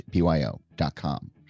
byo.com